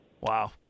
Wow